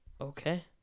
Okay